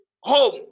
home